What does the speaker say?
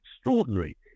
extraordinary